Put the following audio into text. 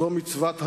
זו מצוות הדורות,